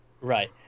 Right